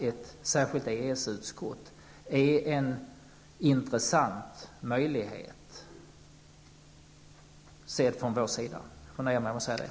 Ett särskilt EES-utskott är enligt vår uppfattning en intressant möjlighet. Jag nöjer mig med detta så länge.